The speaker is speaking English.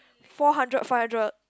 four hundred five hundred